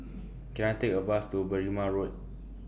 Can I Take A Bus to Berrima Road